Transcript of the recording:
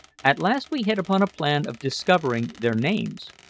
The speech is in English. at last we hit upon a plan of discovering their names.